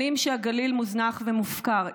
שנים שהגליל מוזנח ומופקר.